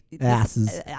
Asses